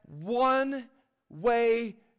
one-way